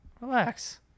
Relax